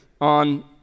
on